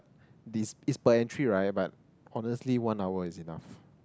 this is per entry right but honestly one hour is enough